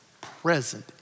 present